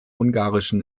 ungarischen